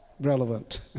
relevant